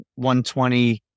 120